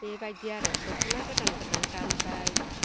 बेबायदि आरो दख'ना गोदान गोदान गानबाय